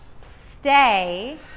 stay